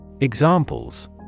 Examples